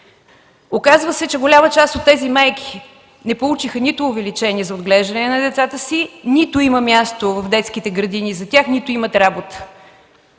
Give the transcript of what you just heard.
Оказва се, че голяма част от тези майки не получиха нито увеличение за отглеждане на децата си, нито има място в детските градини за тях, нито имат работа.